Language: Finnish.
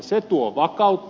se tuo vakautta